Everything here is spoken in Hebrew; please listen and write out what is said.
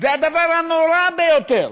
והדבר הנורא ביותר,